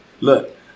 look